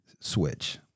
switch